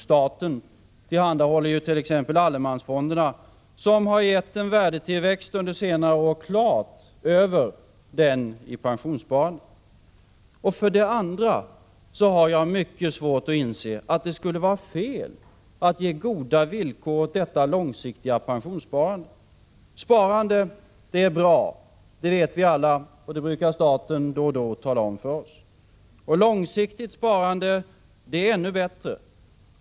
Staten tillhandahåller t.ex. allemansfonderna, som har gett en värdetillväxt under senare år klart över den i pensionssparandet. För det andra har jag mycket svårt att inse, att det skulle vara fel att ge goda villkor åt detta långsiktiga trygghetssparande. Sparande är bra — det vet vi alla, och det brukar staten då och då tala om för oss. Långsiktigt sparande är ännu bättre.